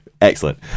excellent